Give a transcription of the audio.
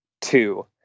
two